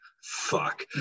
Fuck